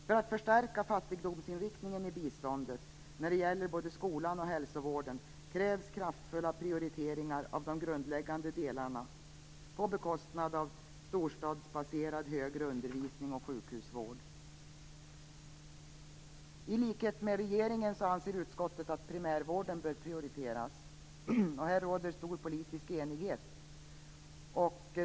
För att förstärka fattigdomsinriktningen i biståndet när det gäller både skolan och hälsovården krävs kraftfulla prioriteringar av de grundläggande delarna på bekostnad av storstadsbaserad, högre undervisning och sjukhusvård. I likhet med regeringen anser utskottet att primärvården bör prioriteras. Här råder stor politisk enighet.